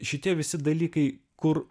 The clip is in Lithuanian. šitie visi dalykai kur